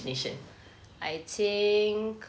I think